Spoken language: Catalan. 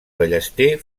ballester